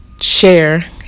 share